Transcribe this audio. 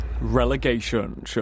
Relegation